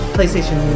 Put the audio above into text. PlayStation